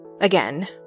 Again